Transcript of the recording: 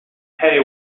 penny